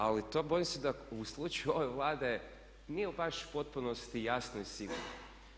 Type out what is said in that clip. Ali to bojim se da u slučaju ove Vlade nije baš u potpunosti jasno i sigurno.